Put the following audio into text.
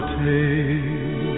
take